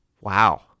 Wow